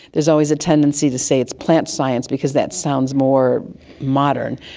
there's always a tendency to say it's plant science because that sounds more modern.